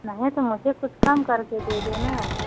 नहीं तो मुझे कुछ कम करके दे दो ना